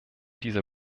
diese